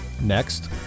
next